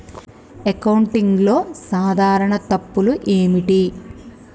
అకౌంటింగ్లో సాధారణ తప్పులు ఏమిటి?